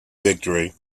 victory